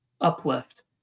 uplift